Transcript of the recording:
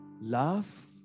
love